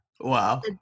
Wow